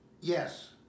yes